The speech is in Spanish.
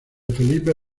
felipe